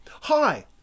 hi